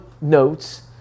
notes